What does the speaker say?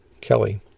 Kelly